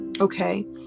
Okay